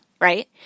right